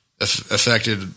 affected